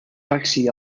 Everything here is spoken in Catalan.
taxi